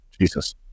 Jesus